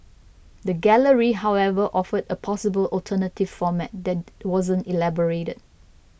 the gallery however offered a possible alternative format that wasn't elaborated